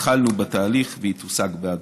התחלנו בתהליך, והיא תושג בהדרגה.